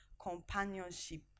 companionship